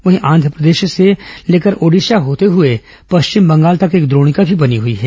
वहीं आंध्रप्रदेश से लेकर ओड़िशा होते हुए पश्चिम बंगाल तक एक द्रोणिका भी बनी हुई है